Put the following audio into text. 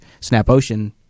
SnapOcean